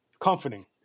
comforting